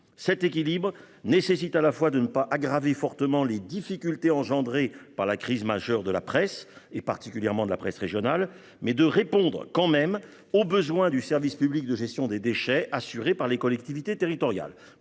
Cet équilibre nécessite, à la fois, de ne pas aggraver fortement les difficultés engendrées par la crise majeure de la presse, et particulièrement de la presse régionale, et de répondre aux besoins du service public de gestion des déchets, assuré par les collectivités territoriales